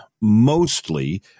mostly